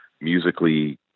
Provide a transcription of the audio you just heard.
musically